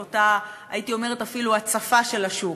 הייתי אומרת, אפילו הצפה של השוק?